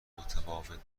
متفاوت